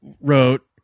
wrote